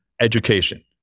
education